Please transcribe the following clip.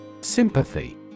Sympathy